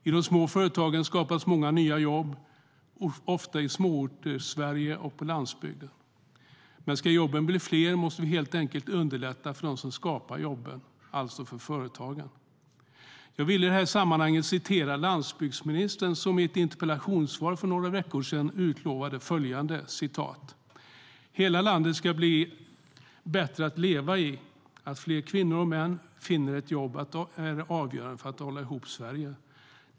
I de små företagen skapas många nya jobb, ofta i små orter och på landsbygden. Men om jobben ska bli fler måste vi helt enkelt underlätta för dem som skapar jobben, alltså för företagen. Jag vill i detta sammanhang referera vad landsbygdsministern utlovade i ett interpellationssvar för några veckor sedan. Han sade: Hela landet ska bli bättre att leva i. Att fler kvinnor och män finner ett jobb är avgörande för att hålla ihop Sverige.